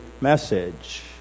message